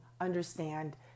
understand